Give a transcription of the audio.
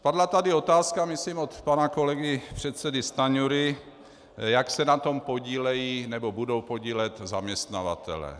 Padla tady otázka, myslím od pana kolegy předsedy Stanjury, jak se na tom podílejí nebo budou podílet zaměstnavatelé.